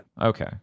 Okay